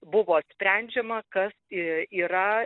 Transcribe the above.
buvo sprendžiama kas yra